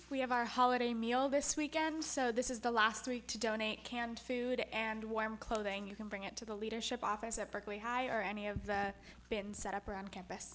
have our holiday meal this weekend so this is the last week to donate canned food and warm clothing you can bring it to the leadership office at berkeley high or any of that been set up around campus